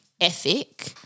ethic